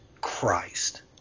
Christ